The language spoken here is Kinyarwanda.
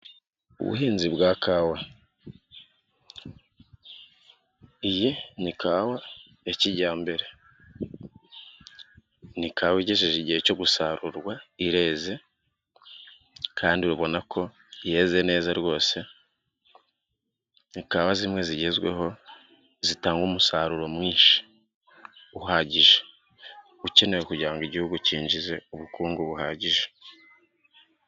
Ubuhinzi bwa kawa, iyi ni kawa ya kijyambere, ni kawa igejeije igihe cyo gusarurwa, ireze kandi ubona ko yeze neza rwose, ni kawa zimwe zigezweho zitanga umusaruro mwinshi uhagije, ukenewe kugira ngo igihugu cyinjize ubukungu buhagije.